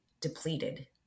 depleted